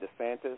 DeSantis